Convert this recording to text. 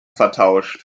vertauscht